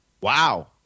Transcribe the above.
Wow